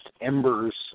embers